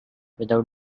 without